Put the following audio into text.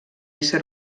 ésser